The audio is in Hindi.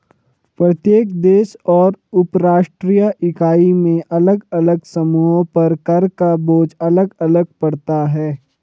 प्रत्येक देश और उपराष्ट्रीय इकाई में अलग अलग समूहों पर कर का बोझ अलग अलग पड़ता है